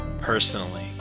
personally